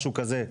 משהו כזה,